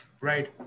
Right